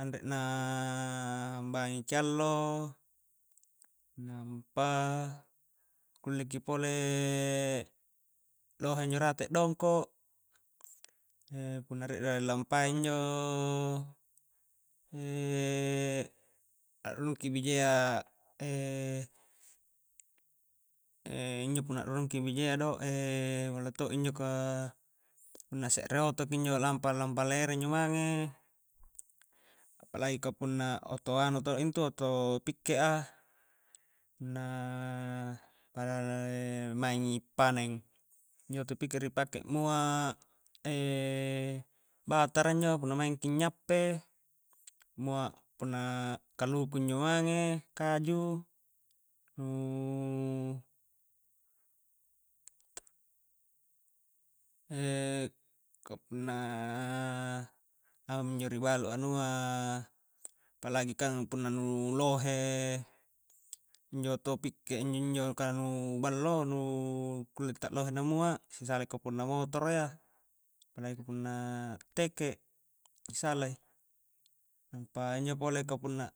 anre naaa hambangi ki allo nampa kulle ki pole lohe injo rate a'dongko, punna rie rie la rilampai injo a'rurung ki bijayya injo punna a'rurung ki bijayya do ballo to injo ka punna se're otoki injo lampa-lampa lere injo mange apalagi ka punna oto anu to intu oto pikke a punna maingi paneng injo oto pikke a ri pake mua' batara injo punna maingki nyappe, mua' punna kaluku injo mange kaju nuu ka punna minjo ri balu anua apalagi kang punna nu lohe injo oto pikke a injo-njo ka nu ballo nu kulle ta lohe na mua' sisalai ka punna motoro iya apalagi ka punna a'teke sisalai nampa injo pole ka punna